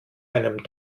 einem